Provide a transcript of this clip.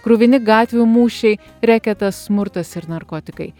kruvini gatvių mūšiai reketas smurtas ir narkotikai